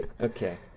okay